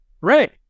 Right